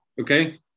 Okay